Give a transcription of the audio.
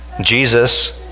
Jesus